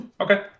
Okay